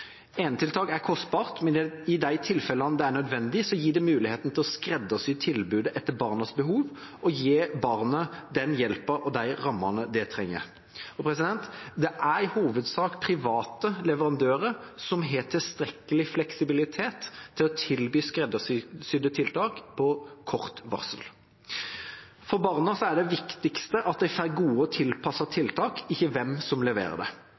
er kostbart, men i de tilfellene det er nødvendig, gir det mulighet til å skreddersy tilbudet etter barnets behov og gi barnet den hjelpen og de rammene det trenger. Det er i hovedsak private leverandører som har tilstrekkelig fleksibilitet til å tilby skreddersydde tiltak på kort varsel. For barna er det viktigste at de får gode og tilpassede tiltak, ikke hvem som leverer det.